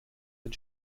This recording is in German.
den